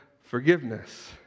forgiveness